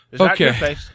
Okay